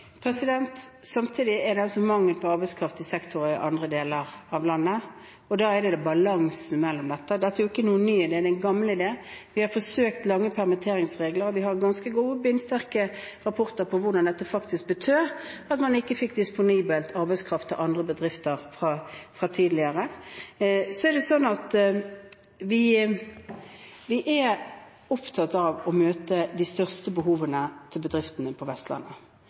Samtidig er det altså mangel på arbeidskraft i sektorer i andre deler av landet, og da gjelder det balansen mellom dette. Dette er jo ikke noen ny idé, det er en gammel idé. Vi har forsøkt lange permitteringsperioder, og vi har ganske gode, bindsterke rapporter fra tidligere om hvordan dette faktisk betød at man ikke fikk disponibel arbeidskraft til andre bedrifter. Så er vi opptatt av å møte de største behovene til bedriftene på Vestlandet.